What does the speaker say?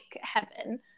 heaven